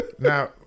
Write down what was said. Now